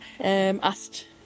asked